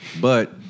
But-